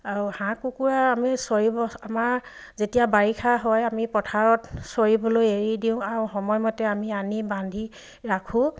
আৰু হাঁহ কুকুৰা আমি চৰিব আমাৰ যেতিয়া বাৰিষা হয় আমি পথাৰত চৰিবলৈ এৰি দিওঁ আৰু সময়মতে আমি আনি বান্ধি ৰাখো